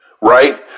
right